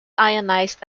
ionized